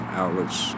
outlets